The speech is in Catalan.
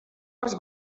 les